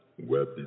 web